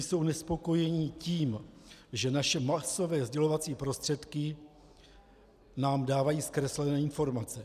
Jsou nespokojeni tím, že naše masové sdělovací prostředky nám dávají zkreslené informace.